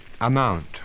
amount